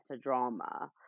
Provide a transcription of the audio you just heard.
drama